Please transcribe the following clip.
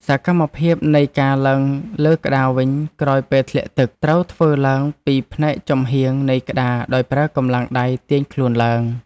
សកម្មភាពនៃការឡើងលើក្តារវិញក្រោយពេលធ្លាក់ទឹក ត្រូវធ្វើឡើងពីផ្នែកចំហៀងនៃក្តារដោយប្រើកម្លាំងដៃទាញខ្លួនឡើង។